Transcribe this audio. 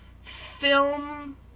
film